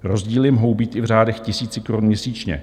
Rozdíly mohou být i v řádech tisícikorun měsíčně.